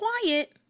quiet